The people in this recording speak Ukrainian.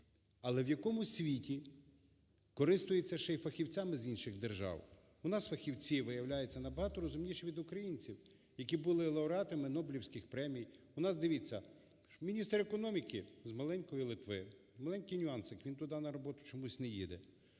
Але в якому світі користуються ще і фахівцями з інших держав? У нас фахівці, виявляється, набагато розумніші від українців, які були лауреатами Нобелівських премій, у нас, дивіться, міністр економіки з маленької Литви, маленький нюансик, він туди на роботу чомусь на їде,